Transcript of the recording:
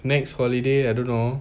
next holiday I don't know